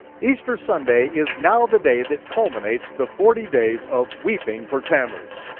easter sunday is now the day that culminates the forty days of weeping for tammuz.